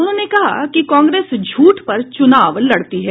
उन्होंने कहा कि कांग्रेस झूठ पर चुनाव लड़ती है